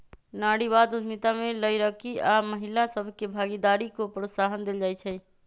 नारीवाद उद्यमिता में लइरकि आऽ महिला सभके भागीदारी को प्रोत्साहन देल जाइ छइ